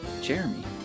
Jeremy